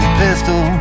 pistol